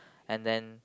and then